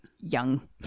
young